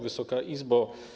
Wysoka Izbo!